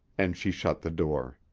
and she shut the door.